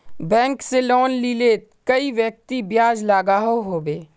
Bank से loan लिले कई व्यक्ति ब्याज लागोहो होबे?